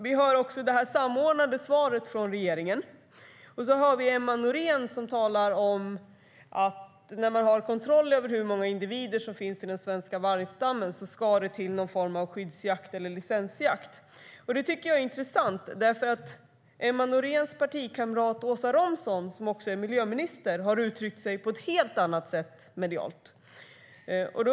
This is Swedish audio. Jag hör det samordnade svaret från regeringen, och jag hör Emma Nohrén tala om att när vi har kontroll över hur många individer som finns i den svenska vargstammen ska det till någon form av skydds eller licensjakt. Det är intressant, för Emma Nohréns partikamrat Åsa Romson, som också är miljöminister, har uttryckt sig på ett helt annat sätt medialt.